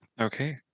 okay